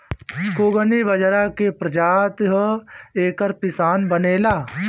कुगनी बजरा के प्रजाति ह एकर पिसान बनेला